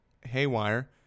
haywire